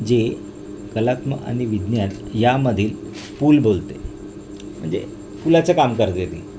जे कलात्मक आणि विज्ञान यामधील पूल बोलते म्हणजे पुलाचं काम करते ती